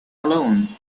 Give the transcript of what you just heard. alone